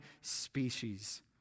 species